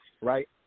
right